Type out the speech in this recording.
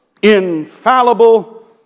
infallible